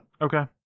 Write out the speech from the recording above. Okay